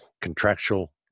contractual